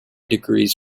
degrees